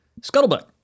Scuttlebutt